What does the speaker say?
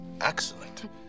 excellent